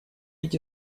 эти